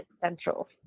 central